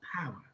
power